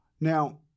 Now